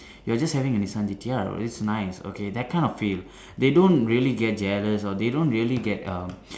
you're just having a Nissan G_T_R oh it's nice okay that kind of feel they don't really get jealous or they don't really get um